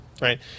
Right